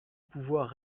pouvoir